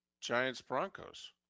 Giants-Broncos